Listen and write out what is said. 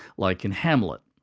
like in hamlet.